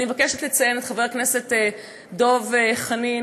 אני מבקשת לציין את חבר הכנסת דב חנין,